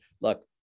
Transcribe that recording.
Look